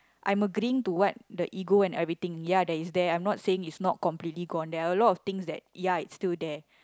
I'm agreeing to what the ego and everything ya that is there I'm not saying it's not completely gone there are a lot of things that ya it's still there